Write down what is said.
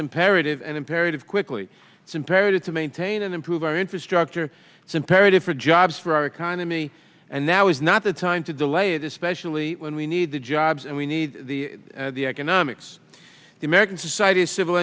imperative and imperative quickly it's imperative to maintain and improve our infrastructure it's imperative for jobs for our economy and now is not the time to delay it especially when we need the jobs and we need the economics the american society of civil